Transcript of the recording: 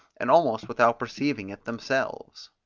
and almost without perceiving it themselves.